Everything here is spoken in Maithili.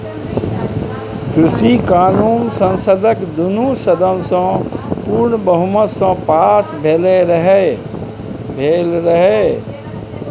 कृषि कानुन संसदक दुनु सदन सँ पुर्ण बहुमत सँ पास भेलै रहय